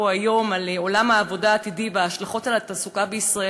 היום על עולם העבודה העתידי ועל ההשלכות על התעסוקה בישראל,